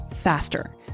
faster